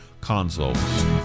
consoles